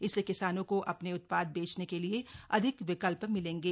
इससे किसानों को अपने उत्पाद बेचने के लिए अधिक विकल्प मिलेंगे